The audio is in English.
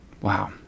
Wow